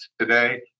today